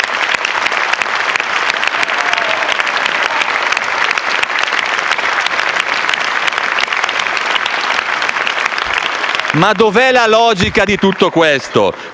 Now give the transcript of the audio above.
Ma dov'è la logica di tutto questo?